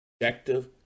objective